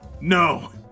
No